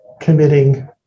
committing